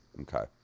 Okay